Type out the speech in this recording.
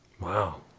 Wow